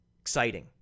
Exciting